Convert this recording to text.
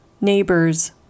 neighbors